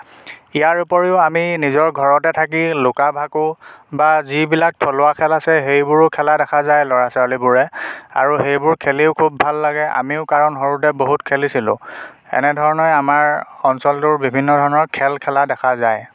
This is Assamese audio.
ইয়াৰোপৰিও আমি নিজৰ ঘৰতে থাকি লুকা ভাকু বা যিবিলাক থলুৱা খেল আছে সেইবোৰো খেলা দেখা যায় ল'ৰা ছোৱালীবোৰে আৰু সেইবোৰ খেলিও খুব ভাল লাগে আমিও কাৰণ সৰুতে বহুত খেলিছিলো এনেধৰণে আমাৰ অঞ্চলটোৰ বিভিন্ন ধৰণৰ খেল খেলা দেখা